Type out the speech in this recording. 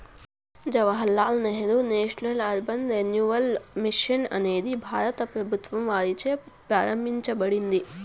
Jawahar Lal Nehru national urban renewal mission అనేది భారత ప్రభుత్వం వారిచే ప్రారంభించబడింది